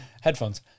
headphones